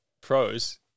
pros